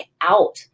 out